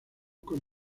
con